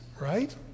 right